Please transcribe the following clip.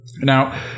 Now